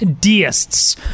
deists